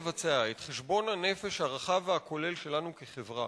לבצע את חשבון הנפש הרחב והכולל שלנו כחברה,